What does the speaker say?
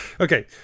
okay